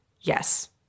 Yes